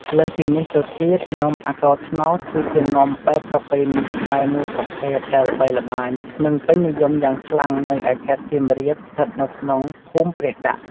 លើសពីនេះទៅទៀត នំអាកោត្នោតគឺជានំបែបប្រពៃណីខ្មែរមួយប្រភេទដែលល្បីល្បាញ និងពេញនិយមយ៉ាងខ្លាំងនៅឯខេត្តសៀមរាប ស្ថិតនៅក្នុងភូមិព្រះដាក់។